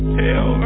hell